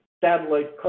Satellite